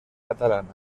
catalana